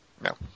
No